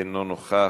אינו נוכח.